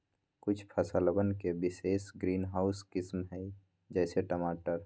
कुछ फसलवन के विशेष ग्रीनहाउस किस्म हई, जैसे टमाटर